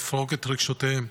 לפרוק את רגשותיהם.